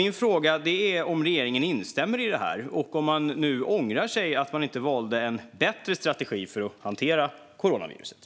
Min fråga är om regeringen instämmer i detta och om man nu ångrar att man inte valde en bättre strategi för att hantera coronaviruset.